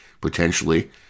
potentially